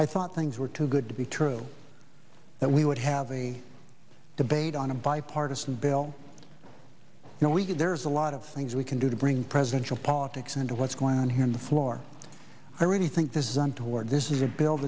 i thought things were too good to be true that we would have a debate on a bipartisan bill you know we could there's a lot of things we can do to bring presidential politics into what's going on here in the floor i really think this isn't a war this is a bil